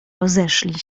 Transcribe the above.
rozeszli